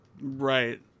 Right